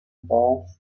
both